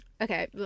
Okay